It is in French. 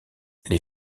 les